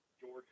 George